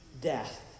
death